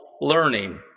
learning